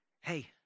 hey